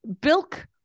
bilk